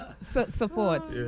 support